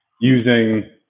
using